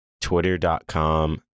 twitter.com